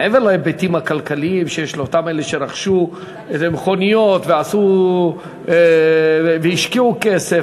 מעבר להיבטים הכלכליים שיש לאותם אלה שרכשו מכוניות ועשו והשקיעו כסף,